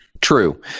True